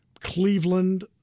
Cleveland